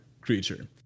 creature